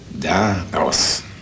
daraus